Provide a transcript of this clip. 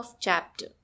chapter